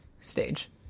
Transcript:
stage